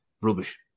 Rubbish